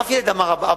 אף ילד לא אמר: אבא,